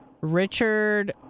Richard